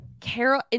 Carol